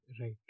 right